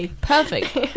perfect